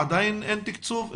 עדיין אין תקצוב?